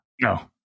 No